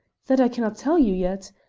that i cannot tell you yet.